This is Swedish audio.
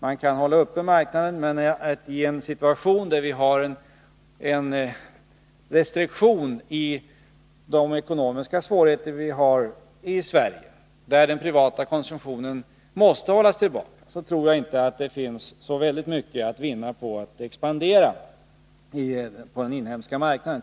Man kan hålla uppe marknaden, men i en situation där vi har restriktioner på grund av de ekonomiska svårigheter vi har i Sverige, där den privata konsumtionen måste hållas tillbaka, tror jag inte att det finns så väldigt mycket att vinna på att expandera på den inhemska marknaden.